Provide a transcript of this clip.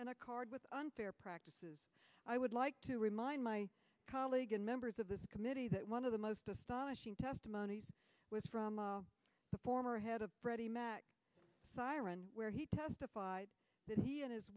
and a card with unfair practices i would like to remind my colleague and members of this committee that one of the most astonishing testimony was from the former head of freddie mac siren where he testified that he and his